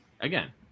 again